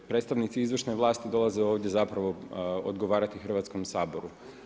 Predstavnici izvršne vlasti dolaze ovdje zapravo odgovarati Hrvatskom saboru.